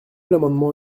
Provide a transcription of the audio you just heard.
l’amendement